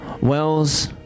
Wells